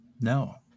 No